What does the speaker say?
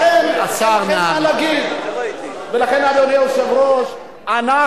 כדאי לברר כמה